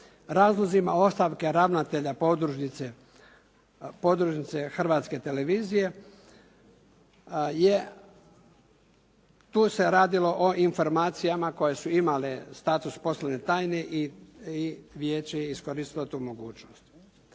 razlozima ostavke ravnatelja podružnice Hrvatske televizije. Tu se radilo o informacijama koje su imale status poslovne tajne i vijeće je iskoristilo tu mogućnost.